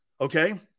Okay